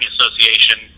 Association